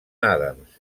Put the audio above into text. adams